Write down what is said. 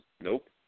Nope